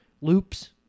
loops